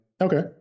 Okay